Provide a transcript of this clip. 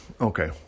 Okay